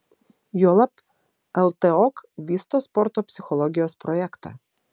juolab ltok vysto sporto psichologijos projektą